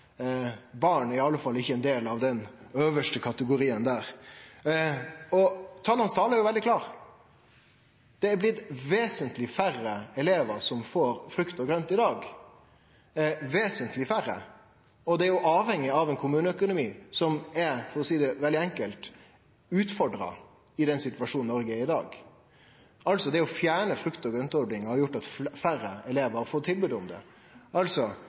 er i alle fall ikkje ein del av den øvste kategorien der. Tala seier veldig klart: Det er blitt vesentleg færre elevar som får frukt og grønt i dag – vesentleg færre. Og det er avhengig av ein kommuneøkonomi som er – for å seie det veldig enkelt – utfordra i den situasjonen Noreg er i i dag. Det å fjerne frukt- og grøntordninga har altså gjort at færre elevar har fått tilbod om det. Vi snakkar her altså